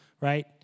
right